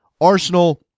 Arsenal